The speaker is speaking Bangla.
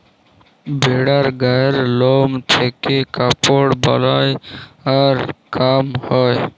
ভেড়ার গায়ের লম থেক্যে কাপড় বালাই আর কাম হ্যয়